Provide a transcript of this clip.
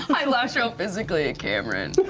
i lash out physically at cameron.